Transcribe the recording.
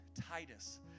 Titus